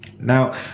Now